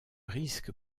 risque